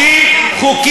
ויש את מיסוי מקרקעין.